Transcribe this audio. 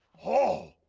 oh,